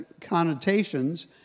connotations